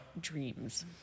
dreams